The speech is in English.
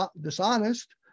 dishonest